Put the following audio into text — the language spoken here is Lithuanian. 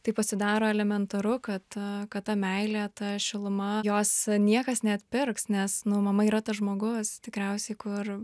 tai pasidaro elementaru kad kad ta meilė ta šiluma jos niekas neatpirks nes nu mama yra tas žmogus tikriausiai kur